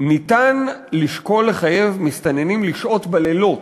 שאפשר לשקול לחייב מסתננים לשהות בלילות,